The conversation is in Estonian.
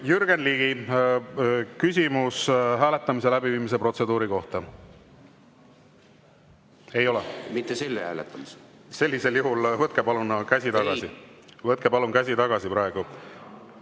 Jürgen Ligi, küsimus hääletamise läbiviimise protseduuri kohta. Ei ole? Mitte selle hääletamise. Sellisel juhul võtke palun käsi tagasi. Ei! Võtke palun käsi tagasi praegu.